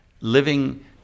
living